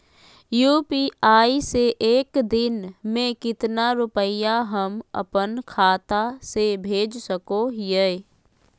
UPI से एक दिन में कितना रुपैया हम अपन खाता से भेज सको हियय?